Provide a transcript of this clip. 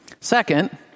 Second